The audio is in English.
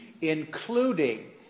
including